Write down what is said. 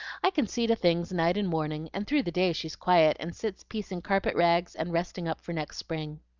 i can see to things night and morning, and through the day she's quiet, and sits piecing carpet-rags and resting up for next spring.